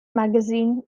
magazine